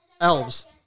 elves